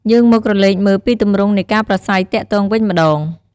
យើងមកក្រឡេកមើលពីទម្រង់នៃការប្រាស្រ័យទាក់ទងវិញម្ដង។